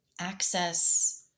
access